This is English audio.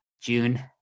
June